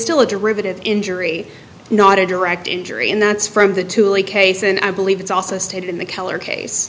still a derivative injury not a direct injury and that's from the tuli case and i believe it's also stated in the color case